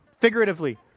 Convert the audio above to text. figuratively